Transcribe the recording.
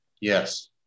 yes